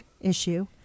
issue